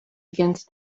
against